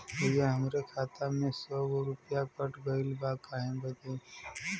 भईया हमरे खाता में से सौ गो रूपया कट गईल बा काहे बदे?